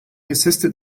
assisted